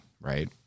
right